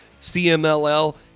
CMLL